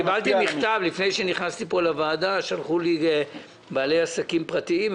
לפני שנכנסתי לישיבה קיבלתי מכתב ששלחו אלי בעלי עסקים פרטיים,